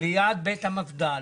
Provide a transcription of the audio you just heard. ליד בית המפד"ל,